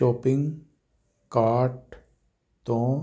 shopping cart ਤੋਂ